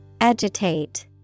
Agitate